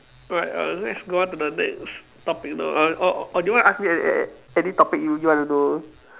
right err let's go on to the next topic now or or do you want to ask me any any any topic you you want to know